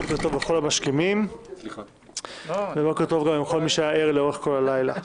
בוקר טוב לכל המשכימים ובוקר טוב לכל מי שהיה ער לאורך כל הלילה.